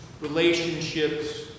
relationships